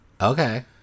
Okay